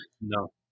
no